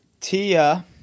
Tia